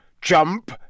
Jump